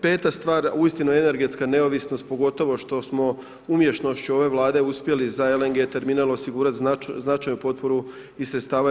Pet stvar, uistinu energetska neovisnost, pogotovo što smo umješnošću ove vlade uspjeli za LNG terminal osigurati značajnu potporu iz sredstava EU.